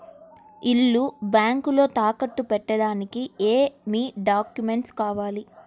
ఇల్లు బ్యాంకులో తాకట్టు పెట్టడానికి ఏమి డాక్యూమెంట్స్ కావాలి?